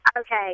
Okay